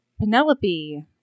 Penelope